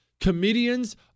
Comedians